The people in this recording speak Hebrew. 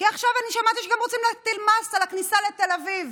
כי עכשיו אני שמעתי שגם רוצים להטיל מס על הכניסה לתל אביב.